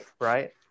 Right